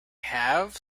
have